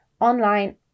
online